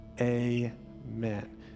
amen